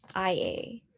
ia